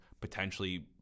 potentially